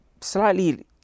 Slightly